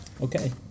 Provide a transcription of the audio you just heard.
Okay